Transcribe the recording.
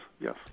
Yes